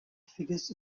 figures